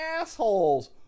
assholes